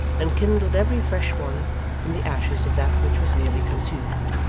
and kindled every fresh one from the ashes of that which was nearly consumed,